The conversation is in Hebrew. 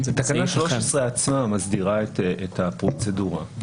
תקנה 13 עצמה מסדירה את הפרוצדורה.